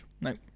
Nope